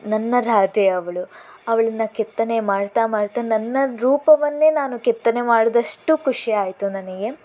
ನನ್ನ ರಾಧೆ ಅವಳು ಅವಳನ್ನು ಕೆತ್ತನೆ ಮಾಡ್ತಾ ಮಾಡ್ತಾ ನನ್ನ ರೂಪವನ್ನೇ ನಾನು ಕೆತ್ತನೆ ಮಾಡಿದಷ್ಟು ಖುಷಿಯಾಯಿತು ನನಿಗೆ